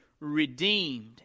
redeemed